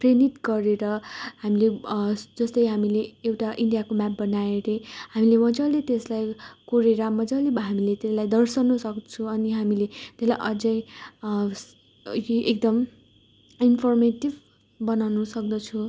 प्रेरित गरेर हामीले जस्तै हामीले एउटा इन्डियाको म्याप बनाएँ अरे हामीले मजाले त्यसलाई कोरेर मजाले अब हामीले त्यसलाई दर्साउनसक्छौँ अनि हामीले त्यसलाई अझै ए एकदम इन्फोर्मेटिभ बनाउन सक्दछौँ